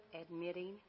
admitting